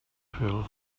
fil